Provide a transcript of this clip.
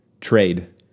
Trade